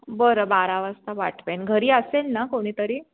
बरं बारा वाजता पाठवेन घरी असेल ना कोणी तरी